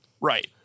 Right